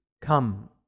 come